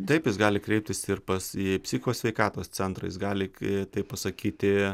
taip jis gali kreiptis ir pas į psichikos sveikatos centrą jis gali tai pasakyti